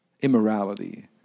immorality